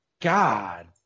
God